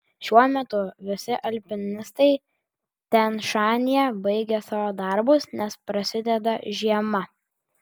šiuo metu visi alpinistai tian šanyje baigė savo darbus nes prasideda žiema